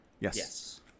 Yes